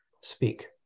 speak